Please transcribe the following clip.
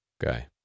guy